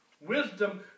Wisdom